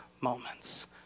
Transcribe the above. moments